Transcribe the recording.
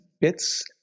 bits